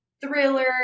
thriller